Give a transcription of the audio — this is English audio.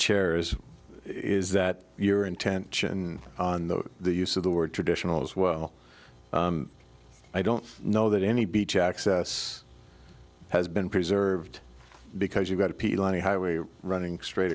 chair is is that your intention on the use of the word traditional as well i don't know that any beach access has been preserved because you've got a highway running straight